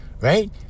right